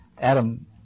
Adam